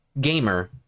gamer